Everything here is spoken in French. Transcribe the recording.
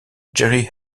jerry